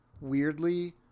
weirdly